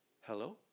Hello